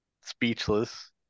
speechless